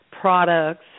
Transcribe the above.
products